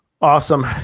Awesome